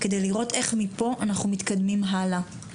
כדי לראות איך מפה אנחנו מתקדמים הלאה.